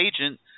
agent